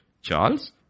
Charles